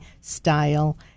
style